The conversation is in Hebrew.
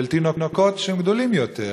של תינוקות שהם גדולים יותר,